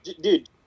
dude